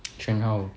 cheng hao